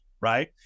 right